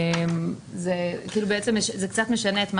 זה קצת משנה.